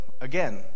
again